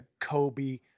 kobe